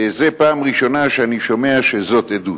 זה פעם ראשונה שאני שומע שזאת עדות,